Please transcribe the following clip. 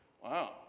Wow